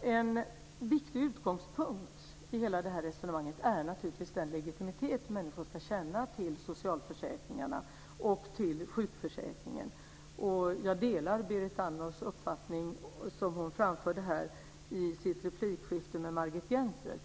En viktig utgångspunkt i hela detta resonemang är naturligtvis den legitimitet som människor ska känna till socialförsäkringarna och till sjukförsäkringen. Och jag delar Berit Andnors uppfattning som hon framförde här i sitt replikskifte med Margit Gennser.